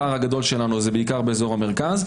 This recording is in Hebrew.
הפער הגדול שלנו הוא בעיקר באזור המרכז.